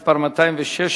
מס' 216,